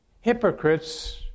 hypocrites